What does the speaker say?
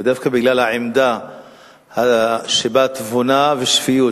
דווקא בגלל העמדה שיש בה תבונה ושפיות,